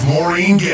Maureen